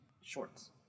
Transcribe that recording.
shorts